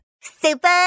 Super